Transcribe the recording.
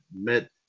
met